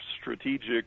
strategic